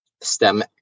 STEM